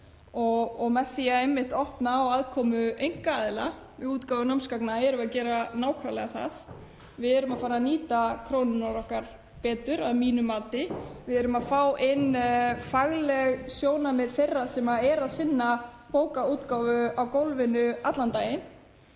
Með því einmitt að opna á aðkomu einkaaðila að útgáfu námsgagna erum við að gera nákvæmlega það. Við erum að fara að nýta krónurnar okkar betur, að mínu mati. Við fáum inn fagleg sjónarmið þeirra sem eru að sinna bókaútgáfu á gólfinu allan daginn